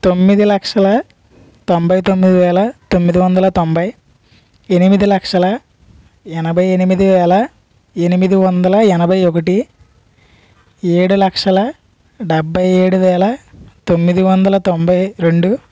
తొమ్మిది లక్షల తొంభై తొమ్మిది వేల తొమ్మిది వందల తొంభై ఎనిమిది లక్షల ఎనభై ఎనిమిది వేల ఎనిమిది వందల ఎనభై ఒకటి ఏడు లక్షల డెబ్భై ఏడు వేల తొమ్మిది వందల తొంభై రెండు